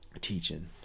teaching